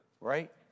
right